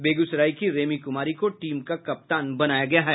बेगूसराय की रेमी कुमारी को टीम का कप्तान बनाया गया है